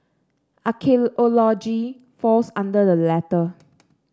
archaeology falls under the latter